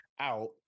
out